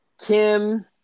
Kim